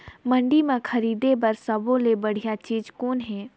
मंडी म खरीदे बर सब्बो ले बढ़िया चीज़ कौन हे?